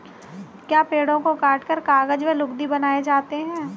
क्या पेड़ों को काटकर कागज व लुगदी बनाए जाते हैं?